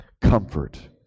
comfort